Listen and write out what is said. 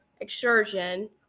excursion